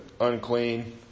unclean